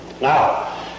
Now